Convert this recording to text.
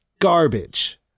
garbage